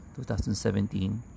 2017